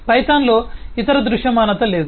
పైథాన్లో ఇతర దృశ్యమానత లేదు